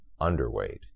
underweight